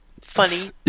Funny